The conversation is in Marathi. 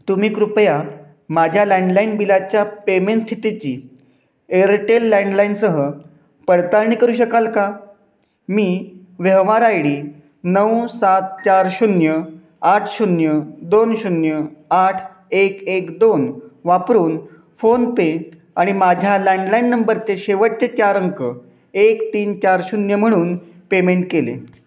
तुम्ही कृपया माझ्या लँडलाईन बिलाच्या पेमेंट स्थितीची एअरटेल लँडलाईनसह पडताळणी करू शकाल का मी व्यवहार आय डी नऊ सात चार शून्य आठ शून्य दोन शून्य आठ एक एक दोन वापरून फोनपे आणि माझ्या लँडलाईन नंबरचे शेवटचे चार अंक एक तीन चार शून्य म्हणून पेमेंट केले